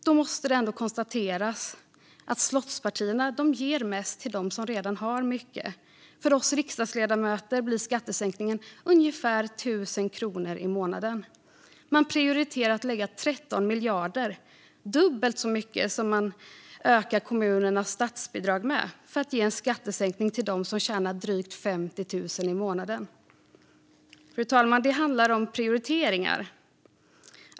Då måste det ändå konstateras att slottspartierna ger mest till dem som redan har mycket. För oss riksdagsledamöter blir skattesänkningen ungefär 1 000 kronor i månaden. Man prioriterar att lägga 13 miljarder - dubbelt så mycket som man ökar kommunernas statsbidrag med - på en skattesänkning åt dem som tjänar drygt 50 000 i månaden. Fru talman! Det handlar om prioriteringar.